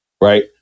right